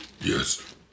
Yes